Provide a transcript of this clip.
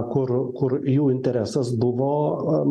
kur kur jų interesas buvo